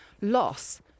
loss